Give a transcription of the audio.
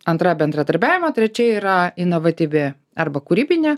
antra bendradarbiavimo trečia yra inovatyvi arba kūrybinė